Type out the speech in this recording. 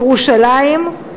ירושלים,